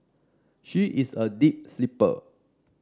she is a deep sleeper